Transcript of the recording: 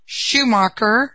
Schumacher